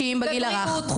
בבריאות,